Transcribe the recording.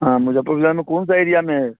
हाँ मुज़फ़्फ़र में कौन से एरिया में है